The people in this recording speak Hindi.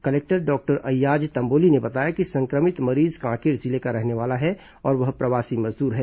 कलेक्टर डॉक्टर अय्याज तंबोली ने बताया कि संक्रमित मरीज कांकेर जिले का रहने वाला है और वह प्रवासी मजदूर है